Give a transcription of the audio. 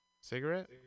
cigarette